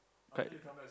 quite